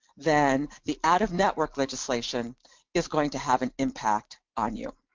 then the out of network legislation is going to have an impact on you.